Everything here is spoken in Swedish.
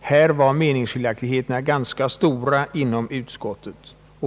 Här var meningsskiljaktigheterna ganska stora inom utskottet. Det är därför Ang.